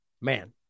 Man